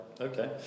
okay